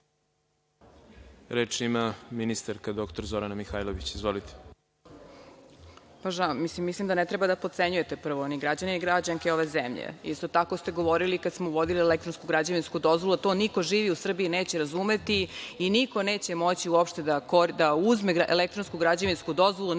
Reč ima ministarka dr Zorana Mihajlović. Izvolite. **Zorana Mihajlović** Mislim da ne treba da potcenjujete, prvo ni građane ni građanke ove zemlje. Isto tako ste govorili kad smo uvodili elektronsku građevinsku dozvolu, da to niko živi u Srbiji neće razumeti i niko neće moći uopšte da uzme elektronsku građevinsku dozvolu